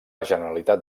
generalitat